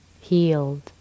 healed